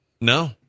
no